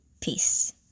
Peace